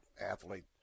athlete